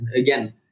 again